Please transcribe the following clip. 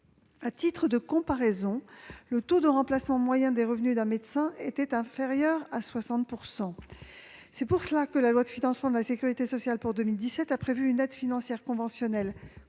À titre de comparaison, le taux de remplacement moyen des revenus d'un médecin était inférieur à 60 %. C'est pourquoi la loi de financement de la sécurité sociale pour 2017 a prévu une aide financière conventionnelle